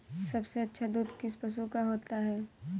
सबसे अच्छा दूध किस पशु का होता है?